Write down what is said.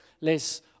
less